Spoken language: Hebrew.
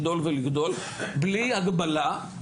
להמשיך